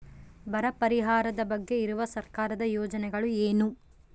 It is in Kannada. ಬರ ಪರಿಹಾರದ ಬಗ್ಗೆ ಇರುವ ಸರ್ಕಾರದ ಯೋಜನೆಗಳು ಏನು?